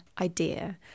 idea